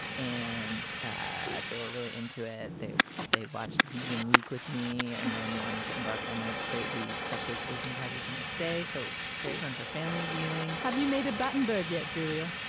and um they were really into it. they thought they watched vegan week with me and then wanted to embark on a crazy cupcake baking project the next day. so very fun for family viewing have you made a button berg yet julia.